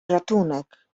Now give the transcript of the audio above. ratunek